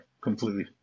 completely